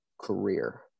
career